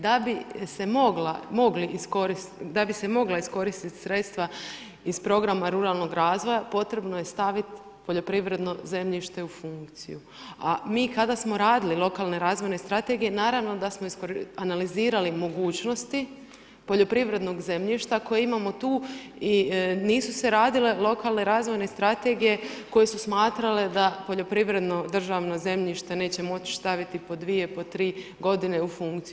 Da bi se mogla iskoristiti sredstva iz Programa ruralnog razvoja potrebno je staviti poljoprivredno zemljište u funkciju, a mi kada smo radili lokalne i razvojne strategije naravno da smo analizirali mogućnosti poljoprivrednog zemljišta koje imamo tu i nisu se radile lokalne razvojne strategije koje su smatrale da poljoprivredno državno zemljište neće moć staviti po dvije, po tri godine u funkciju.